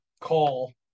Call